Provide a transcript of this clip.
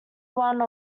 one